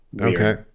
okay